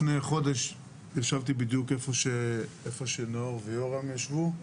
חודש ישבתי בדיוק איפה שנאור ויורם יושבים.